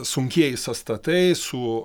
sunkieji sąstatai su